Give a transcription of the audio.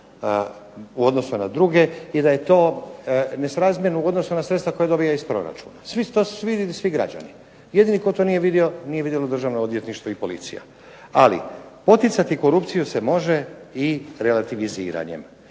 u odnosu na druge, i da je to nesrazmjerno u odnosu na sredstva koja dobiva iz proračuna, svi građani. Jedini tko to nije vidio, nije vidjelo Državno odvjetništvo i policija. Ali poticati korupciju se može i relativiziranjem.